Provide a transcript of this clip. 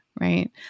right